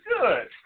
good